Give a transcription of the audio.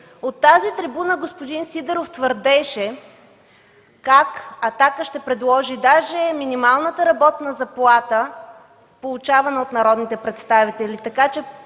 от тази трибуна господин Сидеров твърдеше как „Атака” ще предложи даже минималната работна заплата, получавана от народните представители.